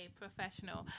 professional